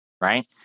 right